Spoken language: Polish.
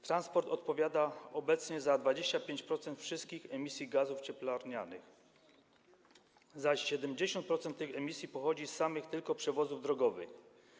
Transport odpowiada obecnie za 25% wszystkich emisji gazów cieplarnianych, zaś 70% emisji pochodzi z samych tylko przewozów drogowych.